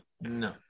no